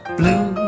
blue